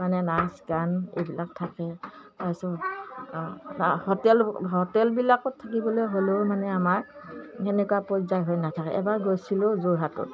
মানে নাচ গান এইবিলাক থাকে তাৰ পিছত হোটেল হোটেলবিলাকত থাকিবলৈ হ'লেও মানে আমাৰ সেনেকুৱা পৰ্যায় হৈ নাথাকে এবাৰ গৈছিলোঁ যোৰহাটত